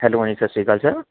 hello ਹਾਂਜੀ ਸਤਿ ਸ਼੍ਰੀ ਅਕਾਲ ਸਰ